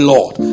Lord